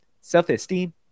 self-esteem